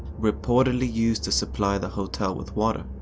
reportedly used to supply the hotel with water.